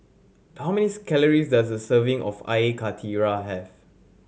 how manys calories does a serving of karthira have